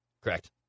Correct